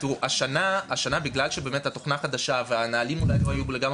השנה בגלל שהתוכנה חדשה והנהלים לא היו לגמרי